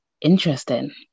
Interesting